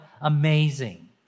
amazing